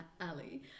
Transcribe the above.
Ali